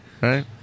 Right